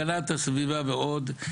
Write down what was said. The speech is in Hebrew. הגנת הסביבה ועוד,